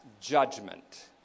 judgment